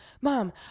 mom